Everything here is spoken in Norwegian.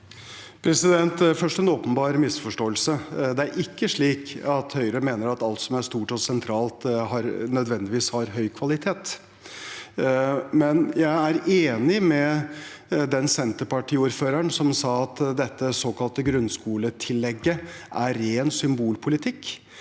Først en åpenbar misforståelse: Det er ikke slik at Høyre mener at alt som er stort og sentralt, nødvendigvis har høy kvalitet. Jeg er enig med den Senterparti-ordføreren som sa at dette såkalte grunnskoletillegget er ren symbolpolitikk,